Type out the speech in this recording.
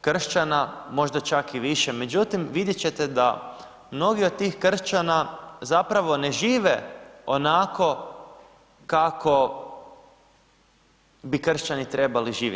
kršćana, možda čak i više, međutim vidjeti ćete da mnogi od tih kršćana zapravo ne žive onako kako bi kršćani trebali živjeti.